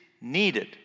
needed